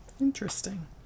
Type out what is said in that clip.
Interesting